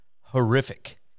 horrific